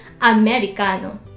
americano